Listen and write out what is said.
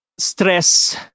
Stress